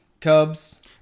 Cubs